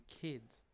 kids